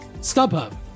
StubHub